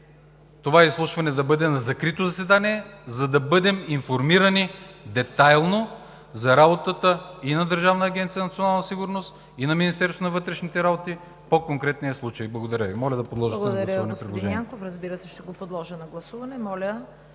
това изслушване да бъде на закрито заседание, за да бъдем информирани детайлно за работата и на Държавна агенция „Национална сигурност“, и на Министерството на вътрешните работи по конкретния случай. Благодаря Ви. Моля да подложите на гласуване